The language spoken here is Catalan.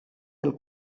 del